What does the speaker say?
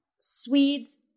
Swedes